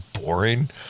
boring